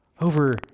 over